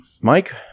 Mike